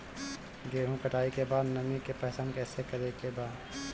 गेहूं कटाई के बाद नमी के पहचान कैसे करेके बा?